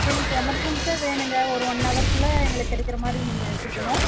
எனக்கு எமர்ஜன்சியாக வேணுங்க ஒரு ஒன்னவர்குள்ளே எங்களுக்கு கிடைக்குறமாரி நீங்கள் கொடுக்குணும்